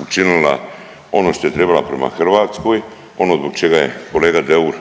učinila ono što je trebala prema Hrvatskoj, ono zbog čega je kolega Deur